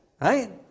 right